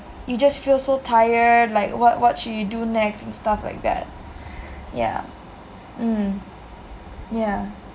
you just feel so tired like what what should you do next and stuff like that yah mm yah